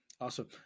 Awesome